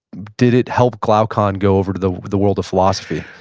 did it help glaucon go over to the the world of philosophy?